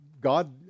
God